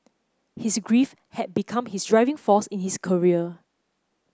his grief had become his driving force in his career